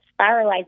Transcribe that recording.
spiralizing